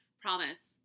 promise